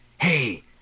Hey